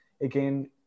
again